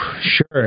Sure